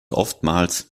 oftmals